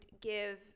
give